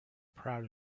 proud